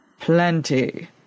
Plenty